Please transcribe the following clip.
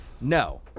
no